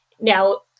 Now